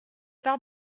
part